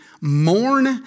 mourn